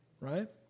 right